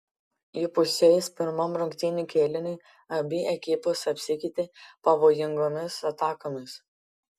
įpusėjus pirmam rungtynių kėliniui abi ekipos apsikeitė pavojingomis atakomis